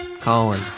Colin